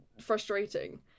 frustrating